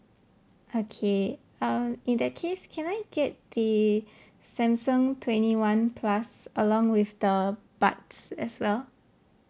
okay um in that case can I get the samsung twenty one plus along with the buds as well